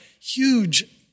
huge